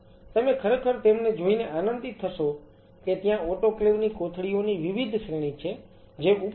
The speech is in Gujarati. તમે ખરેખર તેમને જોઈને આનંદિત થશો કે ત્યાં ઓટોક્લેવ ની કોથળીઓની વિવિધ શ્રેણી છે જે ઉપલબ્ધ છે